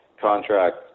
contract